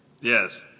Yes